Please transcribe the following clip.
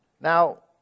Now